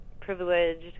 privileged